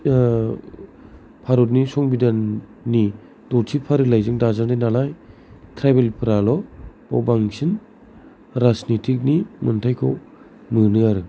भारतनि संबिधाननि द'थि फारिलाइजों दाजानाय नालाय ट्राइबेल फ्रा' बाव बांसिन राजनिथिकनि मोनथाइखौ मोनो आरो